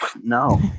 No